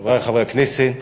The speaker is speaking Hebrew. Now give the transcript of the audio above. חברי חברי הכנסת,